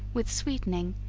with sweetening,